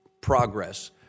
progress